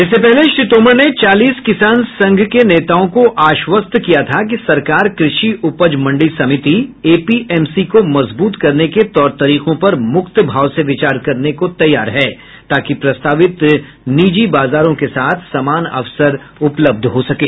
इससे पहले श्री तोमर ने चालीस किसान संघ के नेताओं को आश्वस्त किया था कि सरकार कृषि उपज मंडी समिति एपीएमसी को मजबूत करने के तौर तरीकों पर मुक्त भाव से विचार करने को तैयार है ताकि प्रस्तावित निजी बाजारों के साथ समान अवसर उपलब्ध हो सकें